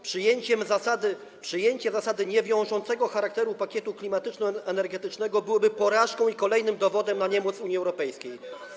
Przyjęcie zasady niewiążącego charakteru pakietu klimatyczno-energetycznego byłoby porażką i kolejnym dowodem na niemoc Unii Europejskiej.